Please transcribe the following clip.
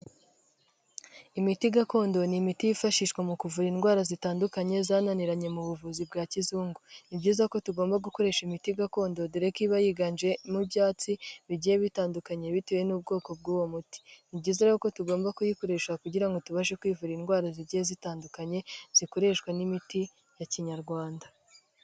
Imiti gakondo ni imiti yifashishwa mu kuvura indwara zitandukanye zananiranye mu buvuzi bwa kizungu, ni byiza ko tugomba gukoresha imiti gakondo dore ko iba yiganje mu byatsi bigiye bitandukanye bitewe n'ubwoko bw'uwo muti, ni byiza kuko tugomba kuyikoresha kugira ngo tubashe kwivura indwara zigiye zitandukanye zikoreshwa n'imiti ya Kinyarwanda.